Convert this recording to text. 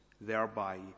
thereby